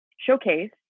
showcase